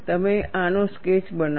તમે આનો સ્કેચ બનાવો